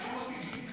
חוק ומשפט